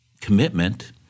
commitment